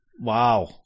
Wow